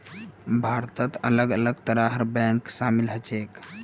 भारतत अलग अलग तरहर बैंक शामिल ह छेक